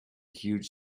huge